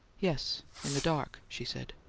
yes in the dark! she said.